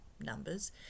numbers